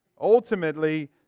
Ultimately